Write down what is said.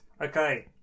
Okay